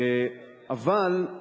אבל,